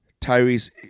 Tyrese